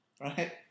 right